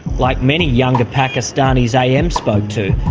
like many younger pakistanis am spoke to,